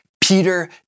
Peter